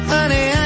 Honey